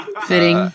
Fitting